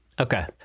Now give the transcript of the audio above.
Okay